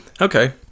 okay